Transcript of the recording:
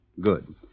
Good